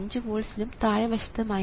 5 volts ലും താഴെ വശത്ത് 3